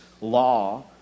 law